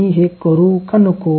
मी हे करू का नको